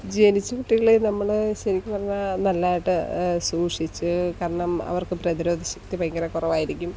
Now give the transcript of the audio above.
ജനിച്ച കുട്ടികളെ നമ്മൾ ശരിക്കും പറഞ്ഞാൽ നല്ലതായിട്ട് സൂക്ഷിച്ച് കാരണം അവർക്ക് പ്രതിരോധ ശക്തി ഭയങ്കര കുറവായിരിക്കും